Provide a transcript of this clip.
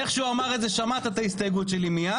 איך שהוא אמר את זה, שמעת את ההסתייגות שלי מייד.